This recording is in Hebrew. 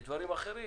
יש דברים אחרים,